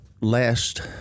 last